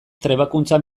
trebakuntza